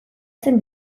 zen